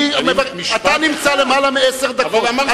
אתה נמצא כאן יותר מעשר דקות.